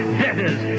debtors